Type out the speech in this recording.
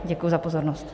Děkuji za pozornost.